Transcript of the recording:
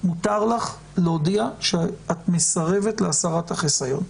מותר לך להודיע שאת מסרבת להסרת החיסיון.